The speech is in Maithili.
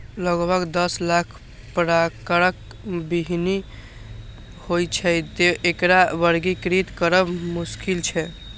लगभग दस लाख प्रकारक बीहनि होइ छै, तें एकरा वर्गीकृत करब मोश्किल छै